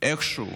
איכשהו